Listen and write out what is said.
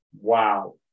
wow